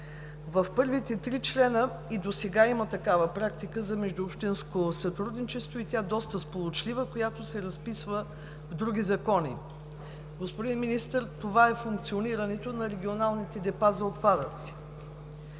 В първите три члена и досега има такава практика за междуобщинско сътрудничество, и то доста сполучлива, която се разписва в други закони. Господин Министър, това е функционирането на регионалните депа за отпадъци.